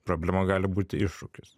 problema gali būti iššūkis